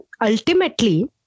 ultimately